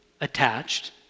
attached